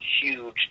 huge